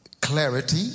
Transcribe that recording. clarity